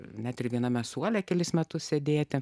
net ir viename suole kelis metus sėdėti